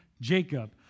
Jacob